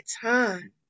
time